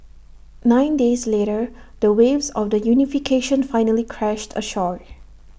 nine days later the waves of the unification finally crashed ashore